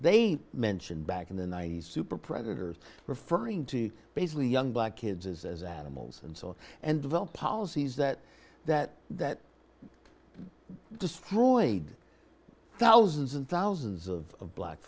they mentioned back in the ninety's super predators referring to basically young black kids as animals and so on and develop policies that that that destroyed thousands and thousands of black